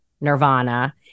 nirvana